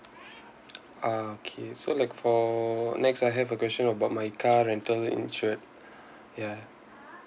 ah okay so like for next I have a question about my car rental insurance ya